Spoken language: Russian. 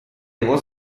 его